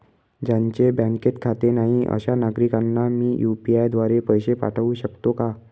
ज्यांचे बँकेत खाते नाही अशा नागरीकांना मी यू.पी.आय द्वारे पैसे पाठवू शकतो का?